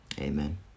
Amen